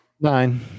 Nine